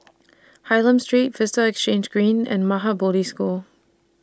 Hylam Street Vista Exhange Green and Maha Bodhi School